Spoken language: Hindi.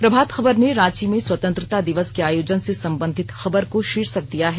प्रभात खबर ने रांची में स्वतंत्रता दिवस के आयोजन से संबंधित खबर को शीर्षक दिया है